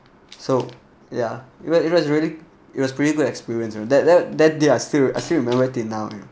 so ya it was it was really it was pretty good experience with that that that they are still I still remember it now you know